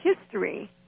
history